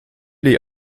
die